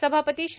सभापती श्री